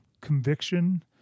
conviction